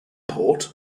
port